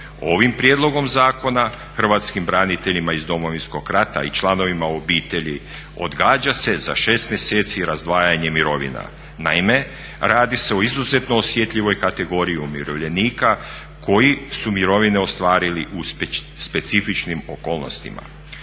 Ovim prijedlogom zakona Hrvatskim braniteljima iz Domovinskog rata i članovima obitelji odgađa se za 6 mjeseci razdvajanje mirovina. Naime, radi se o izuzetno osjetljivoj kategoriji umirovljenika koji su mirovine ostvarili u specifičnim okolnostima.